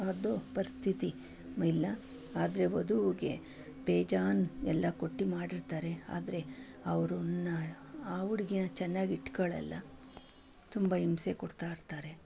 ಅದು ಪರಿಸ್ಥಿತಿ ಇಲ್ಲ ಆದರೆ ವಧುಗೆ ಬೇಜಾನ್ ಎಲ್ಲ ಕೊಟ್ಟು ಮಾಡಿರ್ತಾರೆ ಆದರೆ ಅವ್ರನ್ನು ಆ ಹುಡ್ಗೀನ ಚೆನ್ನಾಗಿಟ್ಕೊಳೋಲ್ಲ ತುಂಬ ಹಿಂಸೆ ಕೊಡ್ತಾಯಿರ್ತಾರೆ